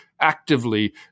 actively